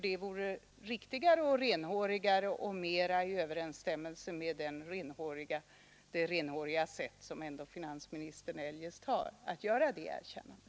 Det vore riktigare och mera renhårigt att göra det erkännandet.